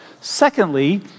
Secondly